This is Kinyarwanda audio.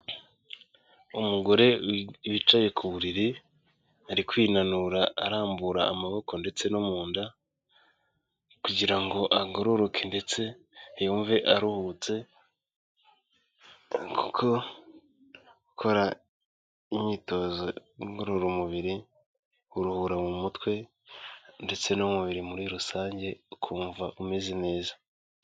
Umugore wicaye ku buriri ari kwinanura arambura amaboko ndetse no mu nda kugira ngo agororoke ndetse yumve aruhutse kuko gukora imyitozo ngororumubiri uruhura mu mutwe ndetse n'umubiri muri rusange ukumva umeze neza.